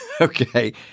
Okay